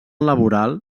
laboral